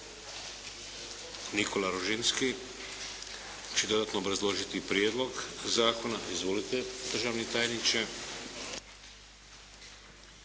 Nikola Ružinski će dodatno obrazložiti prijedlog zakona. Izvolite, državni tajniče.